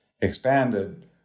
expanded